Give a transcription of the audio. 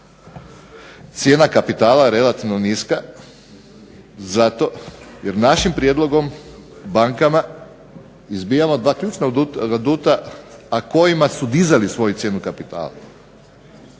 cijena kapitala je relativno niska zato jer našim prijedlogom bankama izbijamo 2 ključna aduta, a kojima su dizali svoju cijenu kapitala.